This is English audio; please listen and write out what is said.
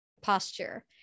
posture